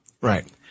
Right